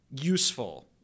useful